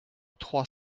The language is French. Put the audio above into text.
trois